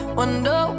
wonder